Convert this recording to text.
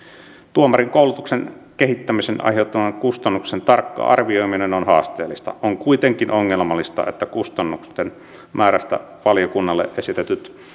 tuomarien koulutuksen kehittämisestä aiheutuvien kustannusten tarkka arvioiminen on haasteellista on kuitenkin ongelmallista että kustannusten määrästä valiokunnalle esitetyt